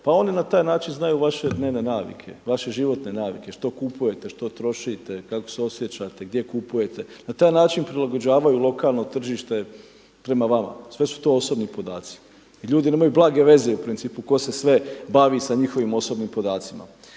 Pa oni na taj način znaju vaše dnevne navike, vaše životne navike, što kupujete, što trošite, kako se osjećate, gdje kupujete. Na taj način prilagođavaju lokalno tržište prema vama. Sve su to osobni podaci i ljudi nemaju blage veze u principu tko se sve bavi sa njihovim osobnim podacima.